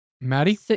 Maddie